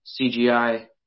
CGI